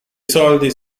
soldi